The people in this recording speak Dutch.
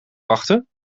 wachten